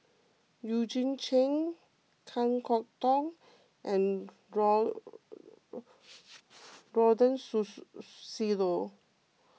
Eugene Chen Kan Kwok Toh and